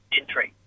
entry